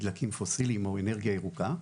דלקים פוסיליים או אנרגיה ירוקה,